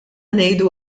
ngħidu